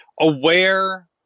aware